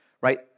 Right